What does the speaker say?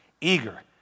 eager